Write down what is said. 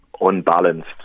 unbalanced